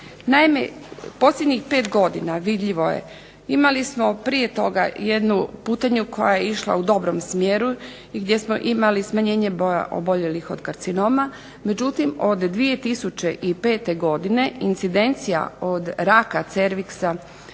Naime, posljednjih pet godina vidljivo je imali smo prije toga jednu putanju koja je išla u dobrom smjeru i gdje smo imali smanjenje broja oboljelih od karcinoma. Međutim, od 2005. godine incidencija od raka cerviksa